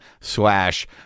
slash